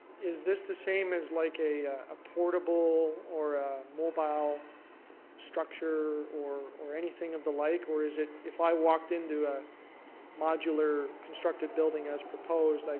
is this the same as like a a portable or mobile structure or or anything of the like, or is it if i walked into a modular constructed building as proposed, like